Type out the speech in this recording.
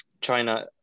China